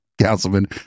Councilman